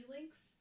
links